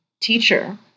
teacher